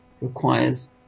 requires